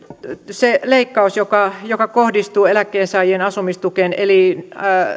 se leikkaus joka joka kohdistuu eläkkeensaajien asumistukeen eli